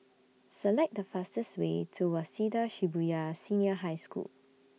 Select The fastest Way to Waseda Shibuya Senior High School